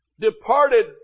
departed